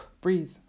Breathe